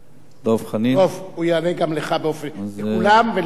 הוא יענה לכולם, ולך בנפרד.